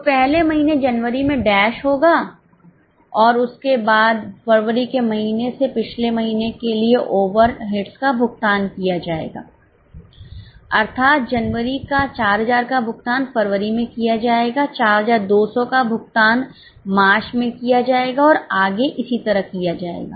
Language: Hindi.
तो पहले महीने जनवरी में डैश होगा और उसके बाद फरवरी के महीने से पिछले महीने के लिए ओवरहेड्स का भुगतान किया जाएगा अर्थात जनवरी का 4000 का भुगतान फरवरी में किया जाएगा 4200 का भुगतान मार्च में किया जाएगा और आगे इसी तरह किया जाएगा